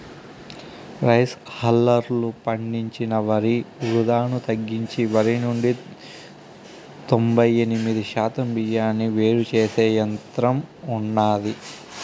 rice హల్లర్లు పండించిన వరి వృధాను తగ్గించి వరి నుండి తొంబై ఎనిమిది శాతం బియ్యాన్ని వేరు చేసే యంత్రం ఉన్నాది